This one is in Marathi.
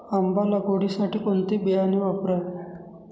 आंबा लागवडीसाठी कोणते बियाणे वापरावे?